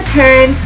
turn